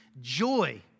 joy